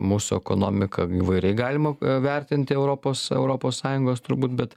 mūsų ekonomiką įvairiai galima vertinti europos europos sąjungos turbūt bet